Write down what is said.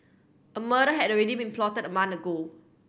a murder had already been plotted a month ago